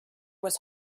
was